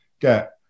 get